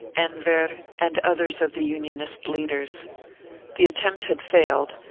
enver, and others of the unionist leaders the attempt had failed,